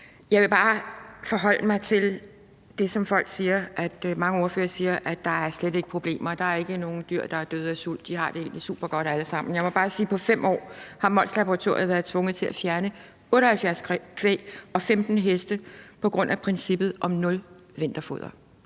Jeg vil bare forholde mig til det, som mange ordførere siger, nemlig at der slet ikke er problemer, at der ikke er nogen dyr, der er døde af sult, og at de egentlig har det supergodt, alle sammen. Jeg må bare sige, at på 5 år har Molslaboratoriet været tvunget til at fjerne 78 kvæg og 15 heste på grund af princippet om nul vinterfoder.